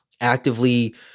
actively